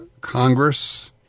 Congress